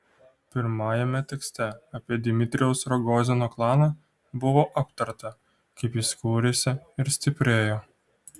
pirmajame tekste apie dmitrijaus rogozino klaną buvo aptarta kaip jis kūrėsi ir stiprėjo